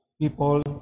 people